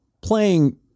playing